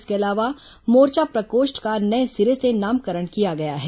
इसके अलावा मोर्चा प्रकोष्ठ का नये सिरे से नामकरण किया गया है